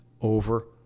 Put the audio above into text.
Over